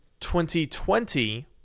2020